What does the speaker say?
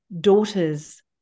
daughters